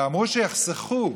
ואמרו שיחסכו.